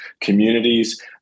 communities